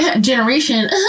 generation